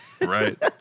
Right